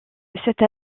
cette